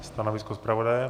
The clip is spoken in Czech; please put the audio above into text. Stanovisko zpravodaje?